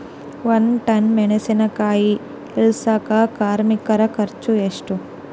ಒಂದ್ ಟನ್ ಮೆಣಿಸಿನಕಾಯಿ ಇಳಸಾಕ್ ಕಾರ್ಮಿಕರ ಖರ್ಚು ಎಷ್ಟು?